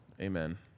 Amen